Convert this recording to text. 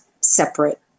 separate